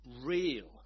real